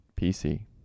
PC